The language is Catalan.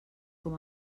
com